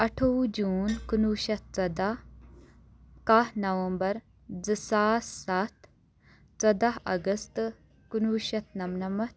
اَٹھووُہ جوٗن کُنوُہ شَتھ ژۄداہ کاہ نَوَمبر زٕ ساس سَتھ ژۄداہ اَگست کُنوُہ شَتھ نَمنَمَتھ